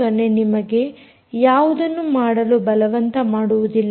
0 ನಿಮಗೆ ಯಾವುದನ್ನು ಮಾಡಲು ಬಲವಂತ ಮಾಡುವುದಿಲ್ಲ